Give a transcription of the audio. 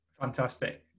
Fantastic